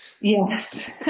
Yes